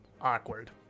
awkward